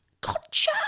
Gotcha